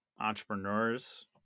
entrepreneurs